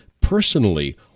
personally